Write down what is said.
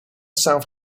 south